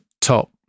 top